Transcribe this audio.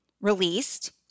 released